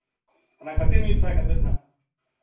ᱚᱱᱟ ᱠᱷᱟᱹᱛᱤᱨ ᱢᱤᱫ ᱥᱟᱭ ᱠᱟᱛᱮᱫ ᱵᱟᱝ